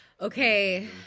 Okay